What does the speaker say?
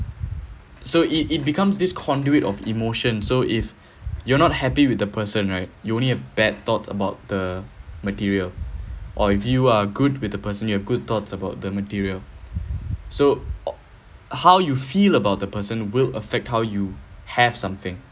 so it it becomes this conduit of emotion so if you are not happy with the person right you only a bad thoughts about the material or if you are good with the person you have good thoughts about the material so how you feel about the person will affect how you have something